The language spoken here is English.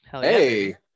Hey